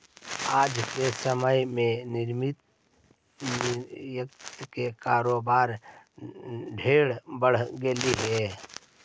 आज के समय में निर्यात के कारोबार ढेर बढ़ गेलई हे